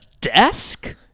desk